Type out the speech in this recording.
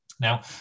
Now